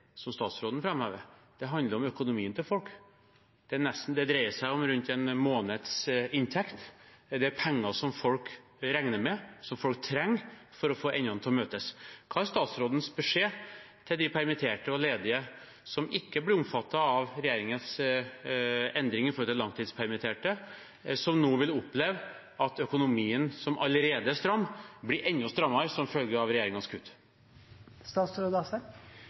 som statsråden framhever. Det handler om økonomien til folk. Det dreier seg om rundt en månedsinntekt. Det er penger som folk regner med, som folk trenger for å få endene til å møtes. Hva er statsrådens beskjed til de permitterte og ledige som ikke blir omfattet av regjeringens endring i forhold til langtidspermitterte, som nå vil oppleve at økonomien som allerede er stram, blir enda strammere som følge av